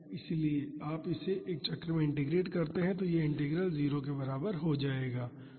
इसलिए यदि आप इसे एक चक्र में इंटीग्रेट करते हैं तो यह इंटीग्रल 0 के बराबर हो जाएगा